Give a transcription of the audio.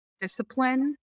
discipline